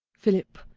phillip,